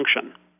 function